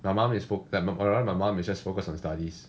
my mom is my mom is just focused on studies